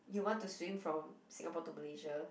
you want to swim from Singapore to Malaysia